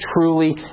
truly